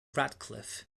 radcliffe